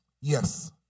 Yes